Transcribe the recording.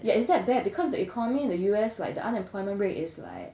yeah it's that bad because the economy in the U_S like the unemployment rate is like